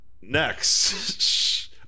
Next